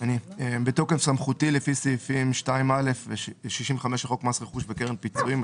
בתוקף סמכותי לפי סעיפים 2א ו-65 לחוק מס רכוש וקרן פיצויים,